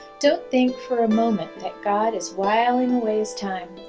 don't think for a moment that god is whiling away his time,